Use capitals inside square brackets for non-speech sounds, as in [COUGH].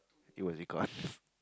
it was econs [LAUGHS]